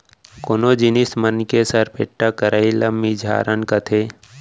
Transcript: कोनो जिनिस मन के सरपेट्टा करई ल मिझारन कथें